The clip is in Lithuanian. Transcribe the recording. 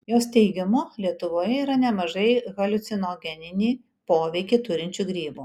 jos teigimu lietuvoje yra nemažai haliucinogeninį poveikį turinčių grybų